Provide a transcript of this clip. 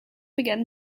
began